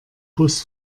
bus